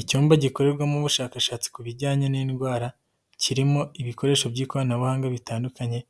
Icyumba gikorerwamo ubushakashatsi ku bijyanye n'indwara, kirimo ibikoresho by'ikoranabuhanga bitandukanye,